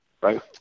right